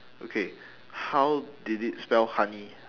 okay how did it spell honey